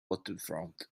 waterfront